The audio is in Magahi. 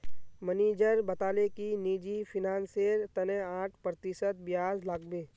मनीजर बताले कि निजी फिनांसेर तने आठ प्रतिशत ब्याज लागबे